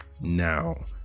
Now